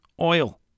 oil